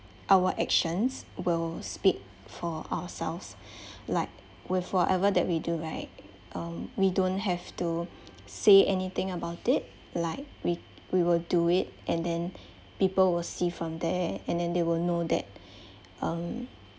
our actions will speak for ourselves like with whatever that we do right um we don't have to say anything about it like we we will do it and then people will see from there and then they will know that um